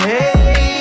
Hey